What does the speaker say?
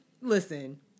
Listen